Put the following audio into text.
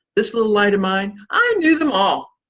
this little light of mine i knew them all.